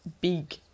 big